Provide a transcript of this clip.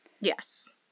Yes